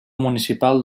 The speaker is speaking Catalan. municipal